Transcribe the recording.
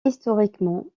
historiquement